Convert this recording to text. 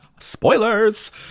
Spoilers